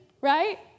right